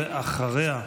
ואחריה,